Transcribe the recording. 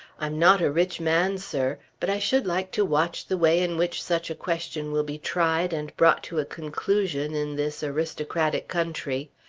i'm not a rich man, sir, but i should like to watch the way in which such a question will be tried and brought to a conclusion in this aristocratic country.